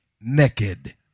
naked